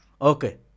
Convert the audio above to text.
Okay